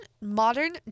modern